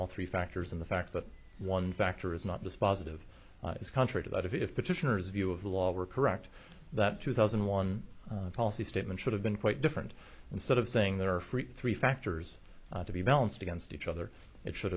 all three factors in the fact that one factor is not dispositive is contrary to that if petitioners view of the law were correct that two thousand and one policy statement should have been quite different instead of saying there are three factors to be balanced against each other it should